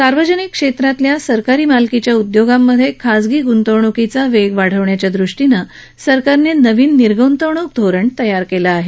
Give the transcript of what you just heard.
सार्वजनिक क्षेत्रातल्या सरकारी मालकीच्या उद्योगांमधे खाजगी गुंतवणूकीचा वेग वाढवण्याच्या दृष्टीनं सरकारने नवीन निर्गृंतवणूक धोरण तयार केलं आहे